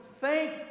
thank